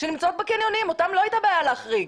שנמצאות בקניונים, אותם לא הייתה בעיה להחריג.